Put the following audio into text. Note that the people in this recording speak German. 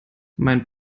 mein